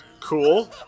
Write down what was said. cool